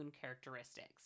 characteristics